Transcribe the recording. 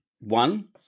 one